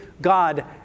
God